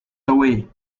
away